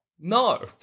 no